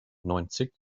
neunzig